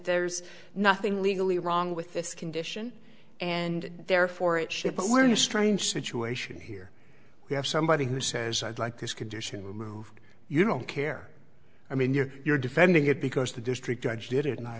there's nothing legally wrong with this condition and therefore it should but we're in a strange situation here we have somebody who says i'd like this condition removed you don't care i mean you're defending it because the district judge did it and i